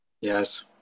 Yes